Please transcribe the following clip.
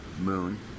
moon